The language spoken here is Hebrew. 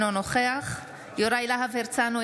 אינו נוכח יוראי להב הרצנו,